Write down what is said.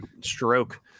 stroke